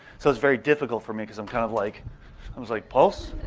so it's very difficult for me because um kind of like i was like pulse,